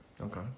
Okay